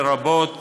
לרבות